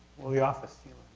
well the office, you